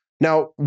Now